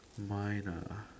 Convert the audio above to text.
mine ah